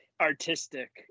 artistic